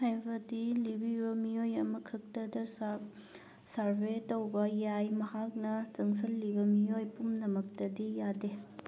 ꯍꯥꯏꯕꯗꯤ ꯂꯤꯕꯤꯕ ꯃꯤꯑꯣꯏ ꯑꯃꯈꯛꯇꯗ ꯁꯥꯔꯞ ꯁꯥꯔꯚꯦ ꯇꯧꯕ ꯌꯥꯏ ꯃꯍꯥꯛꯅ ꯆꯪꯁꯜꯂꯤꯕ ꯃꯤꯑꯣꯏ ꯄꯨꯝꯅꯃꯛꯇꯗꯤ ꯌꯥꯗꯦ